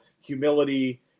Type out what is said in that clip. humility